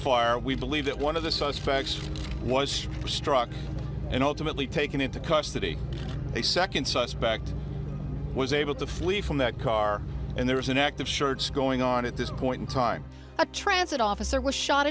gunfire we believe that one of the suspects was struck and ultimately taken into custody a second suspect was able to flee from that car and there was an act of shorts going on at this point in time a transit officer was shot